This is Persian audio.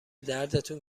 دردتون